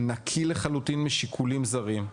נקי לחלוטין משיקולים זרים,